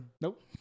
Nope